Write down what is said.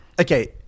okay